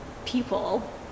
people